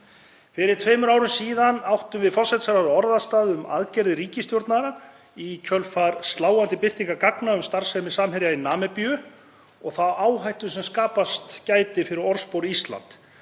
Fyrir tveimur árum áttum við forsætisráðherra orðastað um aðgerðir ríkisstjórnarinnar í kjölfar sláandi birtingar gagna um starfsemi Samherja í Namibíu og þá áhættu sem skapast gæti fyrir orðspor Íslands